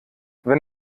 wenn